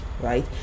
right